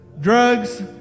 drugs